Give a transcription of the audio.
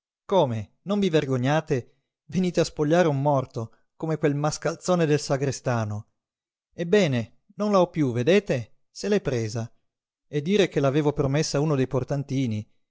come non vi vergognate venire a spogliare un morto come quel mascalzone del sagrestano ebbene non la ho piú vedete se l'è presa e dire che l'avevo promessa a uno dei portantini